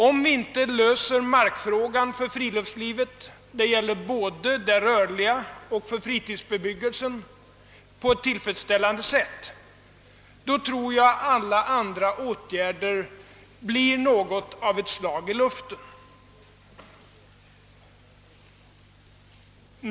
Om vi inte löser markfrågan för friluftslivet — det gäller både för det rörliga friluftslivet och för fritidsbebyggelsen — på ett tillfredsställande sätt, tror jag att alla andra åtgärder blir något av ett slag i luften.